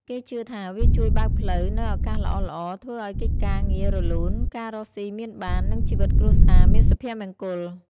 គេជឿថាវាជួយបើកផ្លូវនូវឱកាសល្អៗ ធ្វើឲ្យកិច្ចការងាររលូន ការរកស៊ីមានបាន និងជីវិតគ្រួសារមានសុភមង្គល។